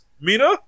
Mina